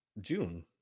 June